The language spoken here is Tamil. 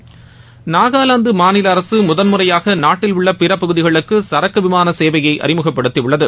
நாகாலாந்து மாநில அரசு முதல் முறையாக நாட்டில் உள்ள பிற பகுதிகளுக்கு சரக்கு விமான சேவையை அறிமுகப்படுத்தியுள்ளது